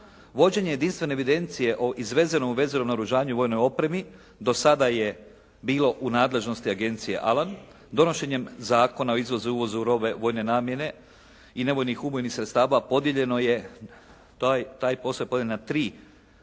Vođenje jedinstvene evidencije o izvezenom i uvezenom naoružanju i vojnoj opremi do sada je bilo u nadležnosti Agencije Alan donošenjem Zakona o izvozu i uvozu robe vojne namjene i nevojnih ubojnih sredstava podijeljeno je, taj posao